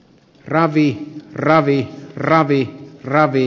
ravit ravi ravi ravi